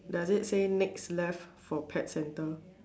does it say next left for pet centre